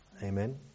Amen